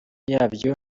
yabyo